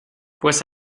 pues